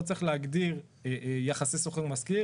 לא צריך להגדיר יחסי שוכר ומשכיר,